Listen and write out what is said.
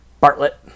Bartlett